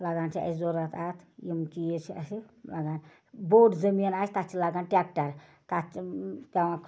لگان چھِ اَسہِ ضوٚرَتھ اَتھ یِم چیٖز چھِ اَسہِ لَگان بوٚڈ زٔمیٖن آسہِ تَتھ چھِ لَگان ٹیکٹَر تَتھ پٮ۪وان